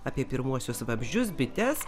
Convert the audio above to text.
apie pirmuosius vabzdžius bites